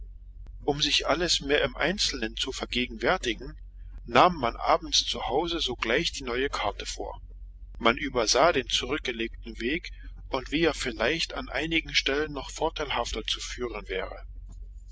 um sich alles mehr im einzelnen zu vergegenwärtigen nahm man abends zu hause sogleich die neue karte vor man übersah den zurückgelegten weg und wie er vielleicht an einigen stellen noch vorteilhafter zu führen wäre